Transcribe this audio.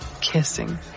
kissing